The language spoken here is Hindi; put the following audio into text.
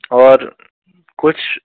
और कुछ